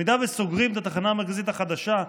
אם סוגרים את התחנה המרכזית החדשה,